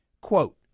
Quote